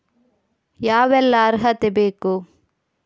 ಯಾವೆಲ್ಲ ಅರ್ಹತೆ ಬೇಕು?